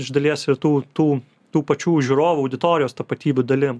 iš dalies ir tų tų tų pačių žiūrovų auditorijos tapatybių dalim